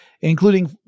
including